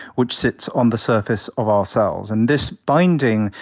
which sits on the surface of our cells. and this binding,